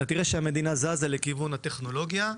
תראה שהמדינה זזה לכיוון הטכנולוגיה,